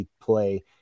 play